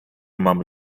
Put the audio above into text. mamy